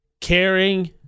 caring